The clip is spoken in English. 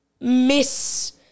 miss